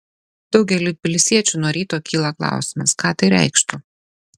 daugeliui tbilisiečių nuo ryto kyla klausimas ką tai reikštų